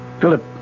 Philip